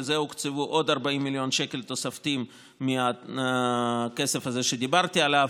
לזה הוקצבו עוד 40 מיליון שקל תוספתיים מהכסף הזה שדיברתי עליו.